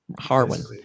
Harwin